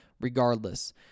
regardless